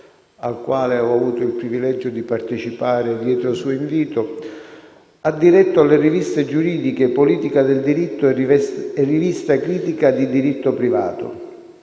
al quale ho avuto il privilegio di partecipare dietro suo invito, ha diretto le riviste giuridiche «Politica del diritto» e «Rivista critica del diritto privato».